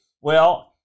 Well-